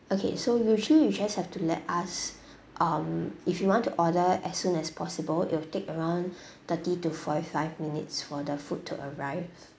okay so usually you just have to let us um if you want to order as soon as possible it will take around thirty to forty five minutes for the food to arrive